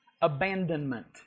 abandonment